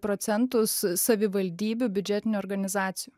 procentus savivaldybių biudžetinių organizacijų